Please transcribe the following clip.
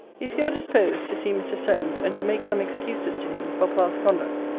if you are disposed to see mr. solmes, and to make some excuses to him for past conduct,